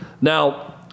Now